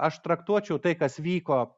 aš traktuočiau tai kas vyko